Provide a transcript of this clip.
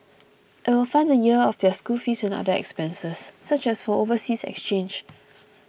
it will fund a year of their school fees and other expenses such as for overseas exchange